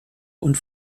und